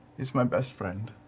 is my best friend.